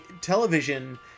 television